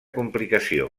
complicació